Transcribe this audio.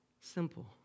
simple